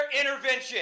intervention